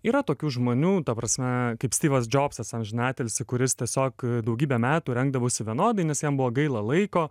yra tokių žmonių ta prasme kaip stivas džobsas amžinatilsį kuris tiesiog daugybę metų rengdavosi vienodai nes jam buvo gaila laiko